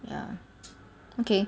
ya okay